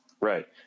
right